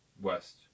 West